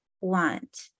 want